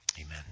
Amen